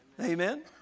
Amen